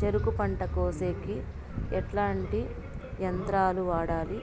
చెరుకు పంట కోసేకి ఎట్లాంటి యంత్రాలు వాడాలి?